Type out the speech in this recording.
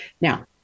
Now